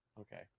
Okay